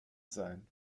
sein